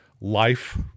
life